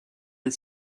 des